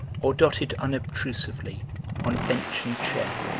or dotted unobtrusively on bench and chair,